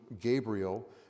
Gabriel